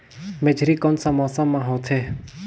मेझरी कोन सा मौसम मां होथे?